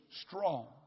strong